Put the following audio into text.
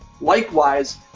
Likewise